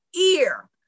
ear